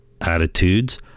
attitudes